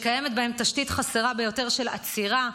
קיימת בהן תשתית חסרה ביותר של אצירה,